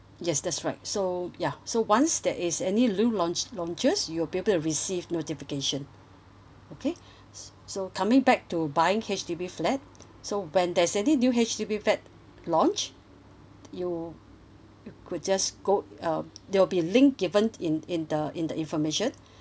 yes that's right so ya so once there is any new l~ launches you'll be to receive notification okay s~ so coming back to buying H_D_B flat so when there's any new H_D_B flat launch you you could just go um there will be a link given in in the in the information